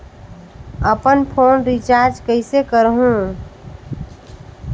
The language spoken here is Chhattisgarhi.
अपन फोन रिचार्ज कइसे करहु?